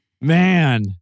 Man